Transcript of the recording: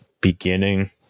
beginning